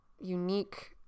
unique